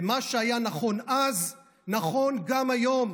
ומה שהיה נכון אז נכון גם היום,